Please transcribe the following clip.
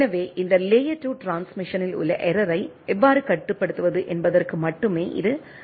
எனவே இந்த லேயர் 2 ட்ரான்ஸ்மிசனில் உள்ள எரரை எவ்வாறு கட்டுப்படுத்துவது என்பதற்கு மட்டுமே இது முக்கியம்